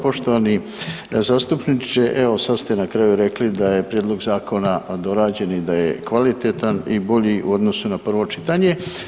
Poštovani zastupniče, evo sad ste na kraju rekli da je prijedlog zakona dorađen i da je kvalitetan i bolji u odnosu na prvo čitanje.